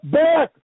back